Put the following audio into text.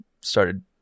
started